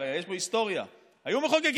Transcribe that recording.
הרי יש פה היסטוריה: היו מחוקקים,